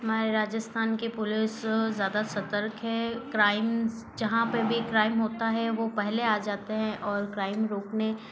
हमारे राजस्थान की पुलिस ज़्यादा सतर्क है क्राइम जहाँ पर भी क्राइम होता है वो पहले आ जाते हैं और क्राइम रोकने